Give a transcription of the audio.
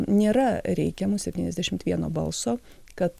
nėra reikiamų septyniasdešimt vieno balso kad